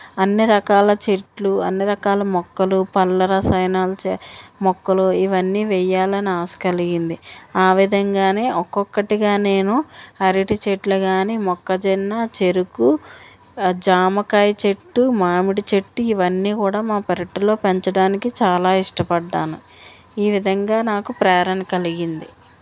అన్నీ రకాల చెట్లు అన్నీ రకాల మొక్కలు పళ్ళ రసాయనాలు చ మొక్కలు ఇవన్నీ వేయాలని ఆశ కలిగింది ఆ విధంగా ఒక్కొక్కటిగా నేను అరటి చెట్లు కానీ మొక్కజొన్న చెరుకు జామకాయ చెట్టు మామిడి చెట్టు ఇవన్నీ కూడా మా పెరట్లో పెంచడానికి చాలా ఇష్టపడ్డాను ఈ విధంగా నాకు ప్రేరణ కలిగింది